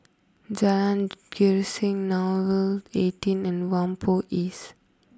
Jalan Grisek Nouvel eighteen and Whampoa East